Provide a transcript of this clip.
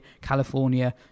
California